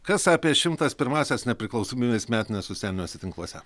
kas apie šimtas pirmąsias nepriklausomybės metines socialiniuose tinkluose